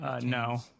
No